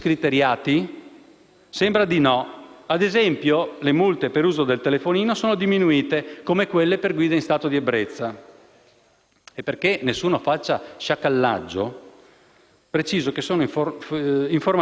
E perché nessuno faccia sciacallaggio, preciso che sono informazioni fornite dalla stampa vicina al PD. Il decreto legislativo n. 285 del